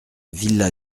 villa